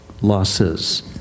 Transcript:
losses